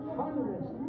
hundreds